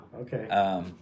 okay